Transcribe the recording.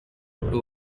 who